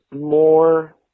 more